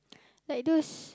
like those